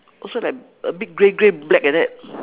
also like a bit grey grey black like that